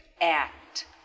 act